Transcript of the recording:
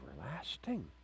everlasting